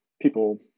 people